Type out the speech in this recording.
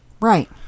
Right